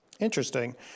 Interesting